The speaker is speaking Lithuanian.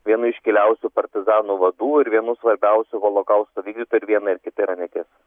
vienu iškiliausių partizanų vadų ir vienu svarbiausių holokausto vykdytojų ir viena ir kita yra netiesa